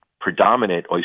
predominant